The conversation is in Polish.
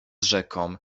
rzeką